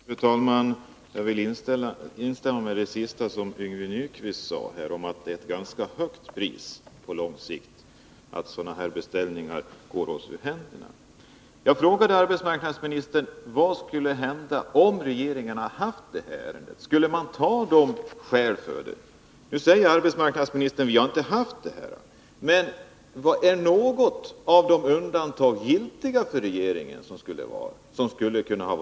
Fru talman! Jag vill instämma i det sista som Yngve Nyquist sade, nämligen att det är ett ganska högt pris som vi på lång sikt får betala när beställningar av det här slaget går oss ur händerna. Jag frågade arbetsmarknadsministern: Vad skulle hända om regeringen hade prövat det här ärendet? Skulle samma skäl gälla? Nu säger arbetsmarknadsministern att regeringen inte har prövat ärendet. Men finns det något undantag som skulle ha kunnat vara giltigt för regeringen? Det vore intressant att få veta det.